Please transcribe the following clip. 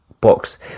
box